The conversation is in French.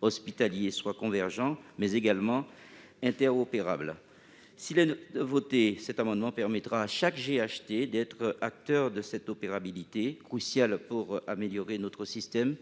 hospitalier soit non seulement convergent, mais également interopérable. S'il était voté, cet amendement permettrait à chaque GHT d'être acteur de cette interopérabilité- elle est cruciale pour améliorer notre système